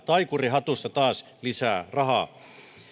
taikurin hatusta löytyisi taas lisää rahaa